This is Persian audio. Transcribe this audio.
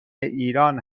ایران